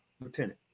lieutenant